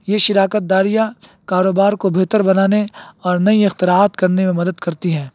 یہ شراکت داریاں کاروبار کو بہتر بنانے اور نئی اختراعات کرنے میں مدد کرتی ہیں